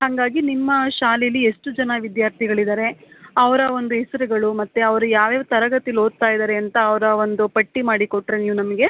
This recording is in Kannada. ಹಂಗಾಗಿ ನಿಮ್ಮ ಶಾಲೇಲಿ ಎಷ್ಟು ಜನ ವಿದ್ಯಾರ್ಥಿಗಳಿದ್ದಾರೆ ಅವರ ಒಂದು ಹೆಸ್ರ್ಗಳು ಮತ್ತೆ ಅವರು ಯಾವ್ಯಾವ ತರಗತಿಲಿ ಓದ್ತಾಯಿದ್ದಾರೆ ಅಂತ ಅವರ ಒಂದು ಪಟ್ಟಿ ಮಾಡಿ ಕೊಟ್ಟರೆ ನೀವು ನಮಗೆ